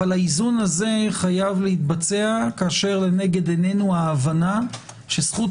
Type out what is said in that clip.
אבל האיזון הזה חייב להתבצע כאשר נגד עינינו ההבנה שזכות